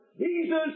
Jesus